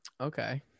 Okay